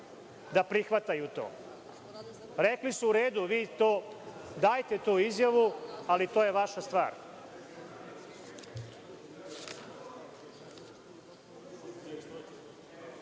da prihvataju to. Rekli su – u redu, vi dajete tu izjavu, ali to je vaša